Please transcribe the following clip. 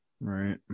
Right